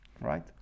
right